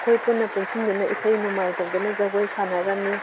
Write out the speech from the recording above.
ꯑꯩꯈꯣꯏ ꯄꯨꯟꯅ ꯄꯨꯟꯁꯤꯟꯗꯨꯅ ꯏꯁꯩ ꯅꯣꯡꯃꯥꯏ ꯇꯧꯗꯨꯅ ꯖꯒꯣꯏ ꯁꯥꯅꯔꯝꯏ